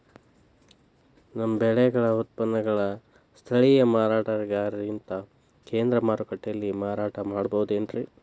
ನಮ್ಮ ಬೆಳೆಗಳ ಉತ್ಪನ್ನಗಳನ್ನ ಸ್ಥಳೇಯ ಮಾರಾಟಗಾರರಿಗಿಂತ ಕೇಂದ್ರ ಮಾರುಕಟ್ಟೆಯಲ್ಲಿ ಮಾರಾಟ ಮಾಡಬಹುದೇನ್ರಿ?